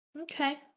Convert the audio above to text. okay